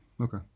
Okay